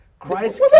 Christ